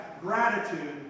gratitude